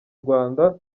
rwanda